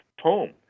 home